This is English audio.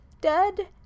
dead